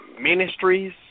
ministries